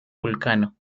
vulcano